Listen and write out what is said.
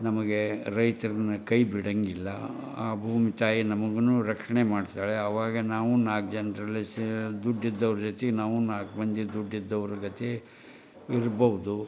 ನಮಗೆ ರೈತರನ್ನ ಕೈ ಬಿಡೋಂಗಿಲ್ಲ ಆ ಭೂಮಿ ತಾಯಿ ನಮಗೂ ರಕ್ಷಣೆ ಮಾಡ್ತಾಳೆ ಆವಾಗ ನಾವು ನಾಲ್ಕು ಜನರಲ್ಲಿ ಸೆ ದುಡ್ಡಿದ್ದವ್ರ ಜೊತೆ ನಾವು ನಾಲ್ಕು ಮಂದಿ ದುಡ್ಡಿದ್ದವ್ರ ಜೊತೆ ಇರ್ಬಹುದು